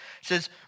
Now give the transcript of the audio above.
says